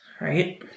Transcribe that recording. right